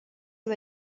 you